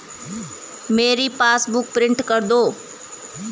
मेरी passbook print कर दो